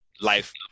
life